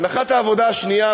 הנחת העבודה השנייה,